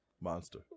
monster